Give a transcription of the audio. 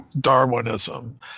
Darwinism